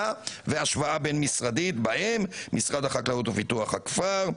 והשוואה בין משרדית בהם משרד החקלאות ופיתוח הכפר,